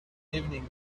evening